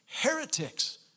heretics